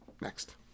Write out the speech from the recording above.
Next